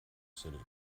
city